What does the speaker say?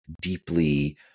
deeply